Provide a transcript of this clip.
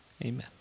Amen